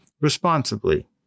responsibly